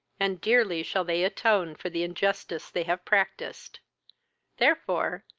and dearly shall they atone for the injustice they have practised therefore,